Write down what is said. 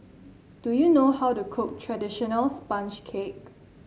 do you know how to cook traditional sponge cake